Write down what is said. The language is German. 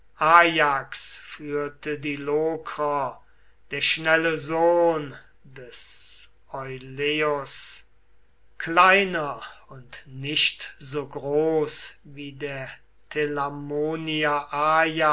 führte die lokrer der schnelle sohn des oileus kleiner und nicht so groß wie der